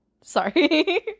sorry